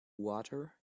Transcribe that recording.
water